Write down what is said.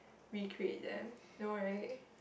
recreate them no right